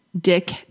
Dick